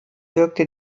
wirkte